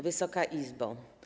Wysoka Izbo!